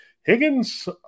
Higgins